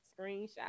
Screenshot